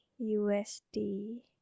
USD